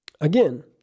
Again